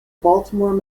baltimore